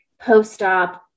post-op